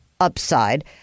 upside